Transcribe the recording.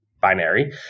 binary